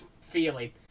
feeling